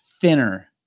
thinner